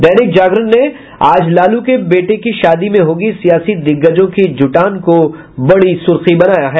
दैनिक जागरण ने आज लालू के बेटे की शादी में होगी सियासी दिग्गजों की जुटान को बड़ी सुर्खी बनाया है